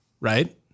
right